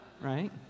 Right